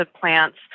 plants